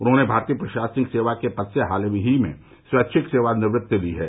उन्होंने भारतीय प्रशासनिक सेवा के पद से हाल ही में स्वैच्छिक सेवानिवृत्ति ली है